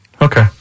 Okay